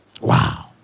Wow